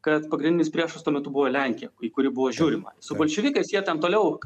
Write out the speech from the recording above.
kad pagrindinis priešas tuo metu buvo lenkija į kurį buvo žiūrima su bolševikais jie ten toliau